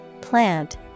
plant